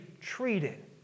treated